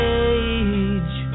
age